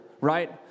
right